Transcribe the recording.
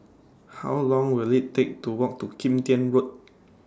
How Long Will IT Take to Walk to Kim Tian Road